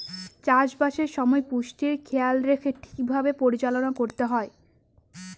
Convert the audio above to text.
চাষবাসের সময় পুষ্টির খেয়াল রেখে ঠিক ভাবে পরিচালনা করতে হয়